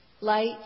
light